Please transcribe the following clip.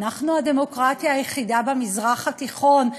אנחנו הדמוקרטיה היחידה במזרח התיכון.